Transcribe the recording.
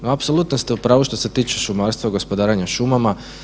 No apsolutno ste u pravu što se tiče šumarstva i gospodarenja šumama.